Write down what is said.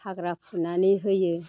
हाग्रा फुनानै होयो